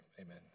Amen